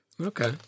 Okay